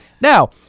Now